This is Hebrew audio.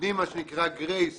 נותנים גרייס